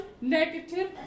negative